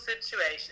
situation